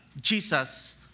Jesus